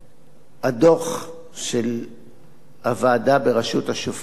הדוח של הוועדה בראשות השופט לוי,